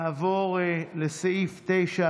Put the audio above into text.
נעבור לסעיף 9,